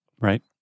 Right